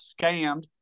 scammed